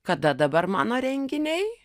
kada dabar mano renginiai